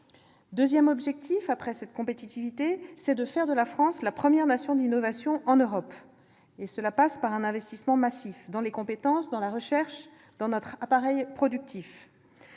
deuxième objectif est de faire de la France la première nation en matière d'innovation en Europe. Cela passe par un investissement massif dans les compétences, dans la recherche et dans notre appareil productif.